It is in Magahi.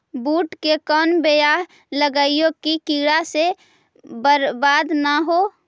बुंट के कौन बियाह लगइयै कि कीड़ा से बरबाद न हो?